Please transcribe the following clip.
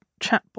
chatbot